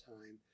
time